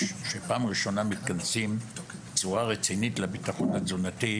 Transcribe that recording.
שפעם ראשונה מכנסים בצורה רצינית לביטחון התזונתי,